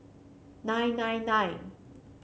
nine nine nine